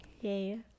yay